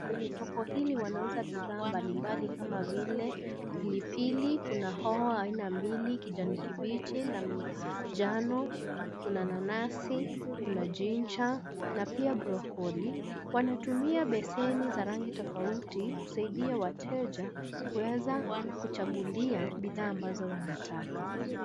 Kwenye soko hili wanauza bidhaa mbalimbali kama vile pilipili, kuna hoho aina mbili kijani kibichi na majano, kuna nanasi, kuna ginger na pia broccoli . Wanatumia beseni za rangi tofauti kusaidia wateja kuweza kuchaguliwa bidhaa ambazo wanataka.